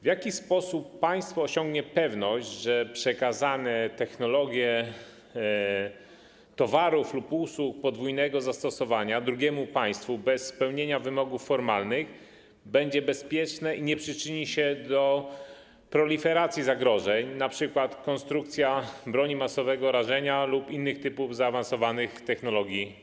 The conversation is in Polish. W jaki sposób państwo osiągnie pewność, że przekazanie technologii, towarów lub usług podwójnego zastosowania drugiemu państwu bez spełnienia wymogów formalnych będzie bezpieczne i nie przyczyni się do proliferacji zagrożeń, np. konstrukcji broni masowego rażenia lub innych typów broni zaawansowanych technologii?